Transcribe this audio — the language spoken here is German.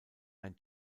ein